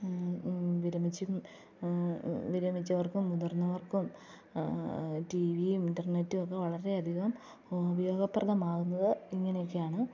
വിരമിച്ചും വിരമിച്ചവര്ക്കും മുതിര്ന്നവര്ക്കും റ്റി വിയും ഇന്റര്നെറ്റുമൊക്കെ വളരേയധികം ഉപയോഗപ്രദമാകുന്നത് ഇങ്ങനെയൊക്കെയാണ്